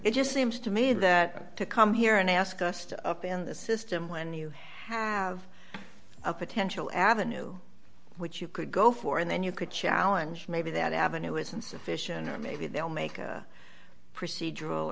it just seems to me that to come here and ask us to up in the system when you have a potential avenue which you could go for and then you could challenge maybe that avenue is insufficient or maybe they'll make a procedural